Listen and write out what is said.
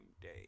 day